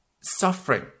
suffering